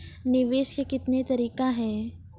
निवेश के कितने तरीका हैं?